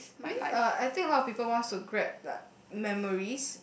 I mean uh I think a lot people wants to grab like memories